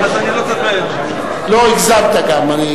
לא הגזמת גם.